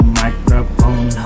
microphone